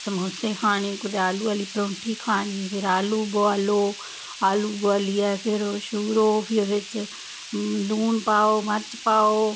समोसे खाने कुतै आलू आह्ली परोंठी खानी फिर आलू बुआले आलू बुआलियै फिर ओह् छूरो फ्ही उदे च लून पाओ मर्च पाओ